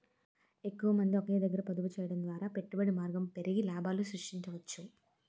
ఎక్కువమంది ఒకే దగ్గర పొదుపు చేయడం ద్వారా పెట్టుబడి మార్గం పెరిగి లాభాలు సృష్టించవచ్చు